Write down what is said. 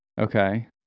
Okay